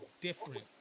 different